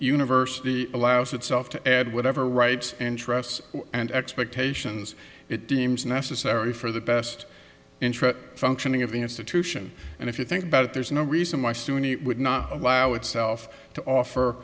university allows itself to add whatever rights interests and expectations it deems necessary for the best interests functioning of the institution and if you think about it there's no reason why soon you would not allow itself to offer